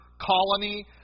colony